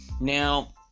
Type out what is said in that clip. Now